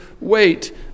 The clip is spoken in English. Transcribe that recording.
wait